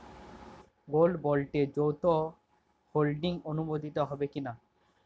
Gold বন্ডে যৌথ holding অনুমোদিত হবে কিনা?